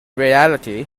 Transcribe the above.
reality